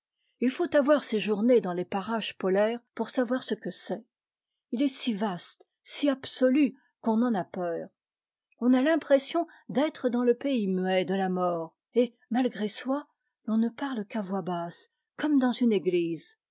il faut avoir séjourné dans les parages polaires pour savoir ce que c'est il est si vaste si absolu qu'on en a peur on a l'impression d'être dans le pays muet de la mort et malgré soi l'on ne parle qu'à voix basse comme dans une église